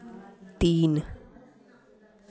तीन